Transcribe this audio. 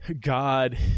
God